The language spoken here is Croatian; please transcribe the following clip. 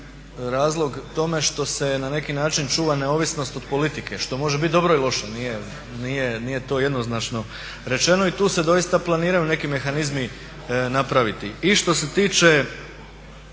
razlog tome što se na neki način čuva neovisnost od politike. Što može biti dobro ili loše, nije to jednoznačno rečeno. I tu se doista planiraju neki mehanizmi napraviti. I što se tiče